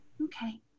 okay